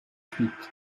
huit